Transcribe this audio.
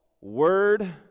word